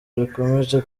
bikomeje